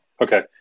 Okay